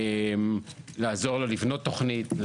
לעזור לו לבנות תוכנית,